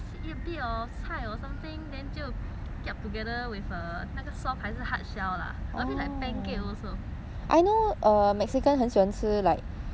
就 kiap together with err 那个 soft 还是 hard shell lah a bit like pancake also bell pepper